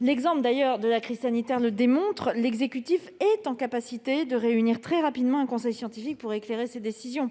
l'exemple de la crise sanitaire le démontre, l'exécutif est en mesure de réunir très rapidement un conseil scientifique pour éclairer ses décisions.